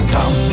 Come